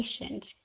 patient